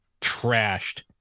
trashed